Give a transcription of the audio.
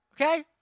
okay